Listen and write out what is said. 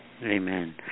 Amen